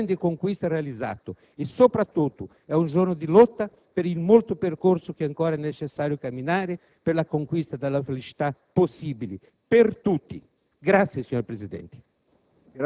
per le grandi conquiste realizzate, e soprattutto è un giorno di lotta per il lungo percorso che ancora è necessario compiere per la conquista della felicità possibile per tutti. *(Applausi dal